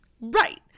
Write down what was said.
Right